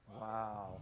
Wow